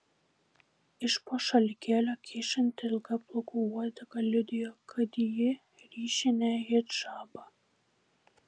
iš po šalikėlio kyšanti ilga plaukų uodega liudijo kad ji ryši ne hidžabą